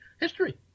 history